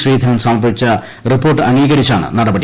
ശ്രീധരൻ സമർപ്പിച്ച റീപ്പോർട്ട് അംഗീകരിച്ചാണ് നടപടി